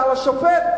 זה השופט,